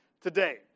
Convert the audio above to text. today